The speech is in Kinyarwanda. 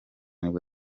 nibwo